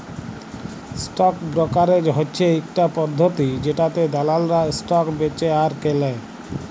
stock brokerage হচ্যে ইকটা পদ্ধতি জেটাতে দালালরা স্টক বেঁচে আর কেলে